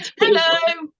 Hello